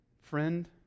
Friend